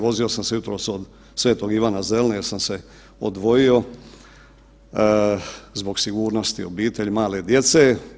Vozio sam se jutros od Svetog Ivana Zeline jer sam se odvojio zbog sigurnosti obitelji, male djece.